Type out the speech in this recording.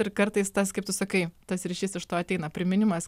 ir kartais tas kaip tu sakai tas ryšys iš to ateina priminimas